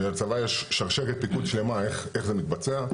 לצבא יש שרשרת פיקוד שלמה איך זה מתבצע,